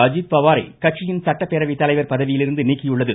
அஜித்பவாரை கட்சியின் சட்டப்பேரவை தலைவர் பதவியிலிருந்து நீக்கியுள்ளது